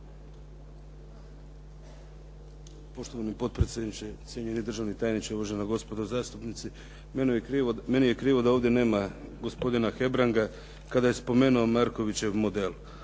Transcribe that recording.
Poštovani potpredsjedniče, cijenjeni državni tajniče, uvažena gospodo zastupnici. Meni je krivo da ovdje nema gospodina Hebranga kada je spomenuo Markovićev model.